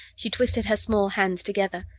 she twisted her small hands together.